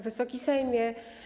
Wysoki Sejmie!